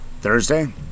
Thursday